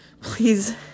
please